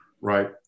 right